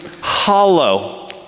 hollow